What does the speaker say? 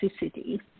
toxicity